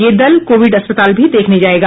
यह दल कोविड अस्पताल भी देखने जाएगा